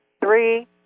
three